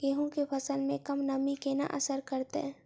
गेंहूँ केँ फसल मे कम नमी केना असर करतै?